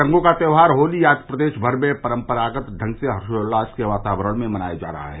रंगो का त्योहार होली आज प्रदेश भर में परम्परागत ढंग से हर्षोल्लास के बातावरण में मनाया जा रहा है